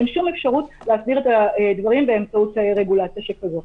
להסדיר את הדברים באמצעות רגולציה כזאת.